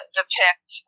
depict